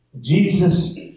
Jesus